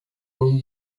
room